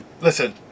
listen